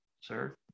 sir